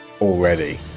already